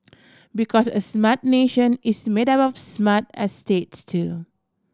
because a smart nation is made up of smart estates too